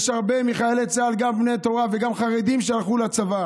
הרבה מחיילי צה"ל הם גם בני תורה וגם חרדים שהלכו לצבא.